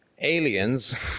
aliens